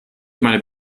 meine